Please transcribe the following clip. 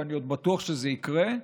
ואני עוד בטוח שזה יקרה.